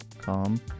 Calm